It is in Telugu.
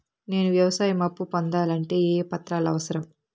నేను వ్యవసాయం అప్పు పొందాలంటే ఏ ఏ పత్రాలు అవసరం?